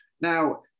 Now